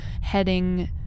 heading